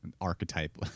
archetype